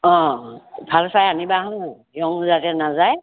অ ভাল চাই আনিবা হা ৰং যাতে নাযায়